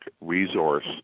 resource